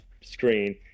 screen